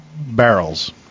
barrels